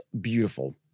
beautiful